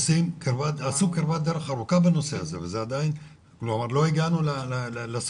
הם עשו כברת דרך ארוכה בנושא הזה ועדיין לא הגענו לסוף,